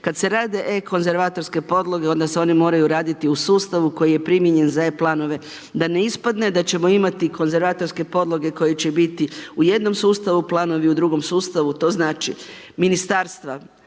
Kad se rade e konzervatorske podloge, onda se one moraju raditi u sustavu koji je primijenjen za e planove, da ne ispadne da ćemo imati konzervatorske podloge koje će biti u jednom sustavu, planovi u drugom sustavu. To znači ministarstva,